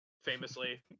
Famously